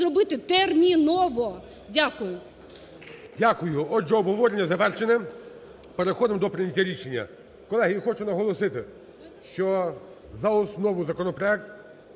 зробити терміново. Дякую. ГОЛОВУЮЧИЙ. Дякую. Отже, обговорення завершене. Переходимо до прийняття рішення. Колеги, я хочу наголосити, що за основу законопроект